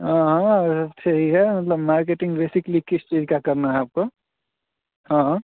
हाँ हाँ सब सही है मतलब मार्केटिंग बेसिकली किस चीज़ का करनी है आपको हाँ